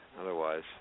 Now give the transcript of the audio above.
otherwise